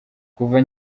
kuva